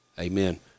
Amen